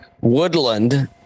Woodland